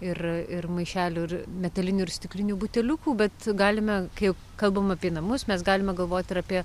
ir ir maišelių ir metalinių ir stiklinių buteliukų bet galime kai kalbam apie namus mes galime galvoti ir apie